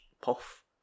Puff